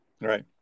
Right